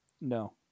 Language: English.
No